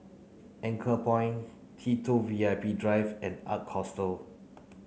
Anchorpoint T two VIP Drive and Ark Hostel